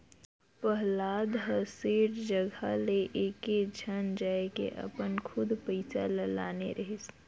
पहलाद ह सेठ जघा ले एकेझन जायके अपन खुद पइसा ल लाने रहिस